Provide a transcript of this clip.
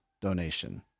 donation